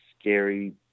scary